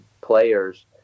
players